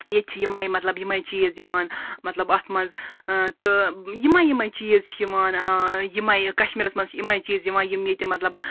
ییٚتہِ چھِ یِہے مَطلَب یِمے چیٖز یِوان مَطلَب اتھ مَنٛز تہٕ یِمے یِمے چیٖز چھِ یِوان یِمے کَشمیٖرَس مَنٛز چھِ یِمے چیٖز یِوان یِم ییٚتہِ مَطلَب